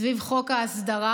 סביב חוק ההסדרה.